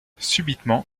subitement